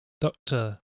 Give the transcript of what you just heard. Doctor